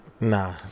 Nah